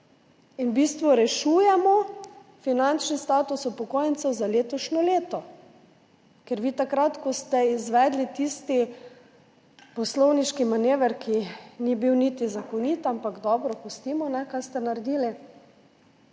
in v bistvu rešujemo finančni status upokojencev za letošnje leto. Vi ste takrat, ko ste izvedli tisti poslovniški manever, ki ni bil niti zakonit, ampak dobro, pustimo, kaj ste naredili,